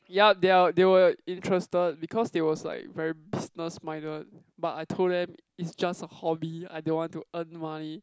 yup they are they were interested because they was like very business minded but I told them it's just a hobby I didn't want to earn money